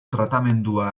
tratamendua